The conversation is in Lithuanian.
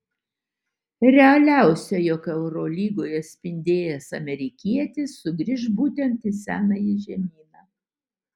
realiausia jog eurolygoje spindėjęs amerikietis sugrįš būtent į senąjį žemyną